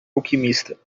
alquimista